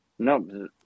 No